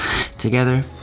together